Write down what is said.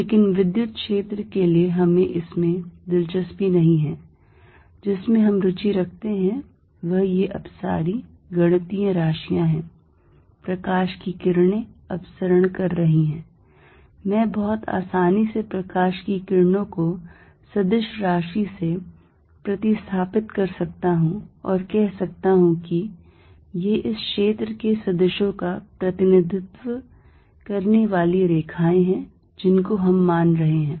लेकिन विद्युत क्षेत्र के लिए हमें इसमें दिलचस्पी नहीं हैं जिसमें हम रुचि रखते हैं वह ये अपसारी गणितीय राशियाँ हैं प्रकाश की किरणें अपसरण कर रही हैं मैं बहुत आसानी से प्रकाश के किरणों को सदिश क्षेत्र से प्रतिस्थापित कर सकता हूं और कह सकता हूं कि ये इस क्षेत्र के सदिशों का प्रतिनिधित्व करने वाली रेखाएं हैं जिनको हम मान रहे हैं